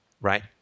right